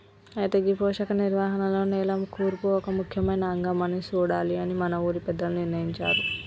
అయితే గీ పోషక నిర్వహణలో నేల కూర్పు ఒక ముఖ్యమైన అంగం అని సూడాలి అని మన ఊరి పెద్దలు నిర్ణయించారు